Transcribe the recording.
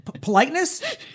politeness